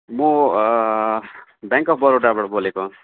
म bank of बडोदाबाट बोलेको